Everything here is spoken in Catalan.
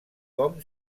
com